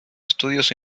estudios